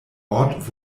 ort